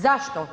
Zašto?